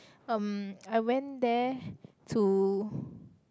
um I went there to